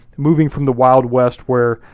moving from the wild west where,